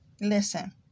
listen